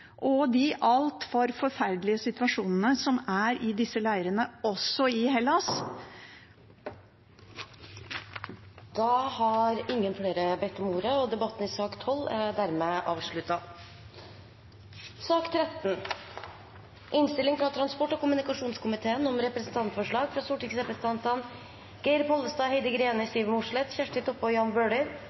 ansvaret de har fått, og de altfor forferdelige situasjonene som er i disse leirene – også i Hellas. Flere har ikke bedt om ordet til sak nr. 12. Etter ønske fra transport- og kommunikasjonskomiteen